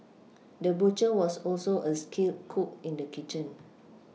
the butcher was also a skilled cook in the kitchen